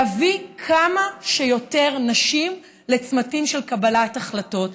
להביא כמה שיותר נשים לצמתים של קבלת החלטות.